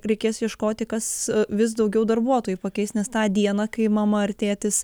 reikės ieškoti kas vis daugiau darbuotojų pakeis nes tą dieną kai mama ar tėtis